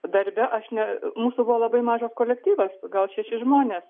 darbe aš ne mūsų buvo labai mažas kolektyvas gal šeši žmonės